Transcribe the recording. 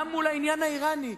גם מול העניין האירני,